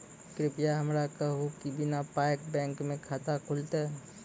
कृपया हमरा कहू कि बिना पायक बैंक मे खाता खुलतै?